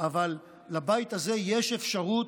אבל לבית הזה יש אפשרות,